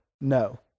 no